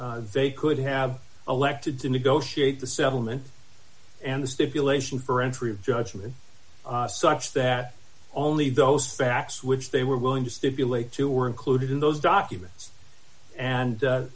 they could have elected to negotiate the settlement and the stipulation for entry of judgment such that only those facts which they were willing to stipulate to were included in those documents and